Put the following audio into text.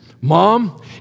mom